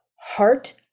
heart